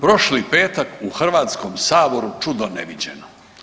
Prošli petak u Hrvatskom saboru čudo neviđeno.